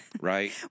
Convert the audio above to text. right